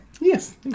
Yes